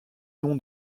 nom